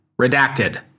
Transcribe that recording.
Redacted